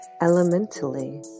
elementally